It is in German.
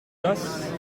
das